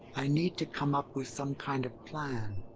i need to come up with some kind of plan.